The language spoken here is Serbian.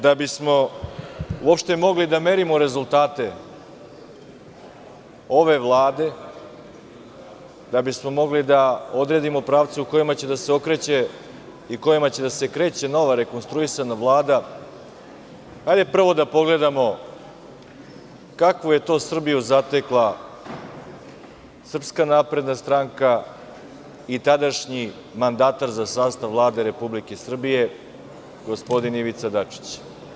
Da bismo uopšte mogli da merimo rezultate ove Vlade, da bismo mogli da odredimo pravce u kojima će da se okreće i u kojima će da se kreće nova rekonstruisana Vlada, hajde prvo da pogledamo kakvu je to Srbiju zatekla SNS i tadašnji mandatar za sastav Vlade Republike Srbije gospodin Ivica Dačić.